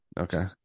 Okay